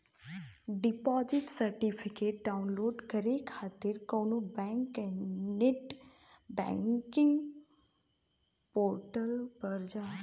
deposit certificate download करे खातिर कउनो बैंक के नेट बैंकिंग पोर्टल पर जा